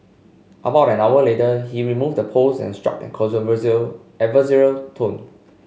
about an hour later he removed the post and struck an adversarial tone